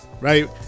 right